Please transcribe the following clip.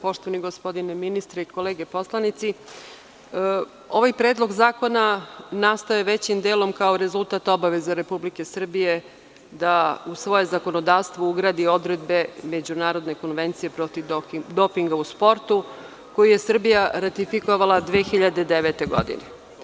Poštovani gospodine ministre i kolege poslanici, ovaj Predlog zakona nastao je većim delom kao rezultat obaveze RS da u svoje zakonodavstvo ugradi odredbe Međunarodne konvencije protiv dopinga u sportu koji je Srbija ratifikovala 2009. godine.